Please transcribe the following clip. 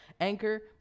Anchor